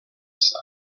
side